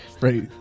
Right